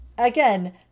Again